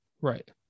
Right